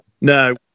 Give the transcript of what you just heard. no